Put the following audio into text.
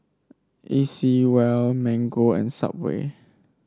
A C Well Mango and Subway